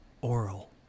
oral